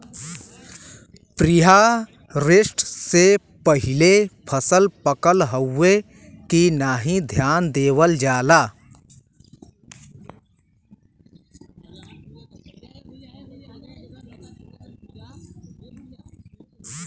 preharvest से पहिले फसल पकल हउवे की नाही ध्यान देवल जाला